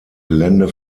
gelände